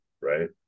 right